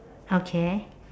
okay